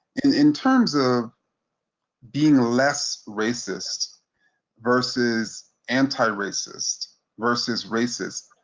in terms of being less racist versus anti-racist versus racist,